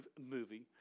movie